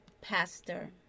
Pastor